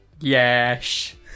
Yes